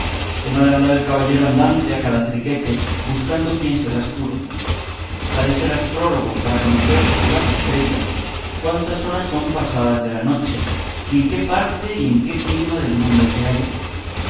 que no ha de andar el caballero andante a cada triquete buscando quien se las cure ha de ser astrólogo para conocer por las estrellas cuántas horas son pasadas de la noche y en qué parte y en qué clima del mundo se halla